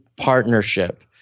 partnership